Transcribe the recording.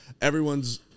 Everyone's